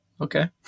Okay